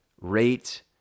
rate